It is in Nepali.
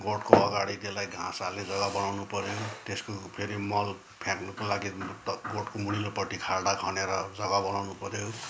गोठको अघाडि त्यसलाई घाँस हाल्ने जग्गा बनाउनु पऱ्यो त्यसको फेरि मल फ्याँक्नुको लागि गोठको मुनिल्लोपट्टि खाल्डा खनेर जग्गा बनाउनु पऱ्यो